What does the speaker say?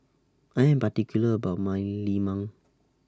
I Am particular about My Lemang